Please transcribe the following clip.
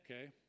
Okay